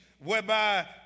whereby